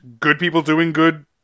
goodpeopledoinggood